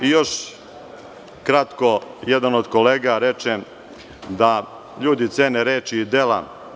Još kratko, jedan od kolega reče da ljudi cene reči i dela.